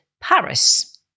Paris